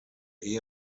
ehe